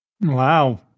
Wow